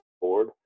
board